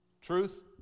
Truth